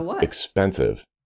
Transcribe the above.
expensive